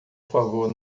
favor